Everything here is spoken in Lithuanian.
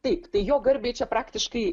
taip tai jo garbei čia praktiškai